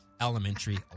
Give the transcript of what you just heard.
elementary